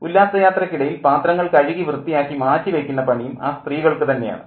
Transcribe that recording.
ഉല്ലാസ യാത്രയ്ക്കിടയിൽ പാത്രങ്ങൾ കഴുകി വൃത്തിയാക്കി മാറ്റിവയ്ക്കുന്ന പണിയും ആ സ്ത്രീകൾക്കു തന്നെയാണ്